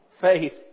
faith